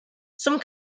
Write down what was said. some